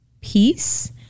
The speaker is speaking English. peace